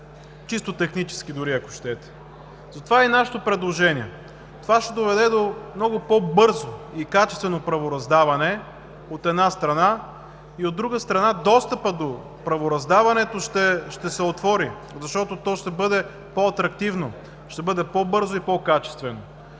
чисто технически дори, ако щете. Затова е и нашето предложение. Това ще доведе до много по-бързо и качествено правораздаване, от една страна, и, от друга страна, достъпът до правораздаването ще се отвори, защото то ще бъде по-атрактивно, ще бъде по-бързо и по-качествено.